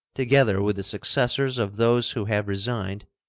together with the successors of those who have resigned,